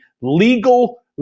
legal